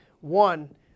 one